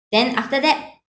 then after that